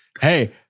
Hey